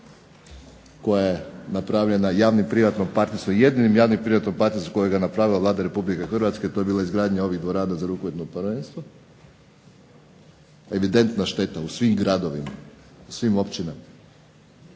koja je napravljena javno privatnom partnerstvu. Jedino javno privatno partnerstvo kojeg je napravila Vlada Republike Hrvatske to je bila izgradnja ovih dvorana za rukometno prvenstvo. Evidentna šteta u svim gradovima, u svim općinama